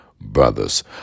brothers